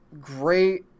great